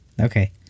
okay